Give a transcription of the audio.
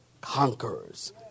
conquerors